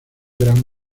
gran